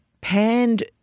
panned